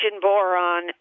boron